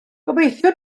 gobeithio